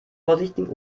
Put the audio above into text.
vorsichtigen